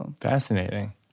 Fascinating